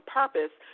purpose